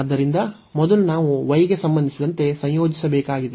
ಆದ್ದರಿಂದ ಮೊದಲು ನಾವು y ಗೆ ಸಂಬಂಧಿಸಿದಂತೆ ಸಂಯೋಜಿಸಬೇಕಾಗಿದೆ